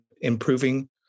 improving